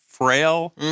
frail